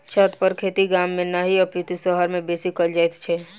छतपर खेती गाम मे नहि अपितु शहर मे बेसी कयल जाइत छै